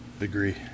agree